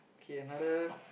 okay another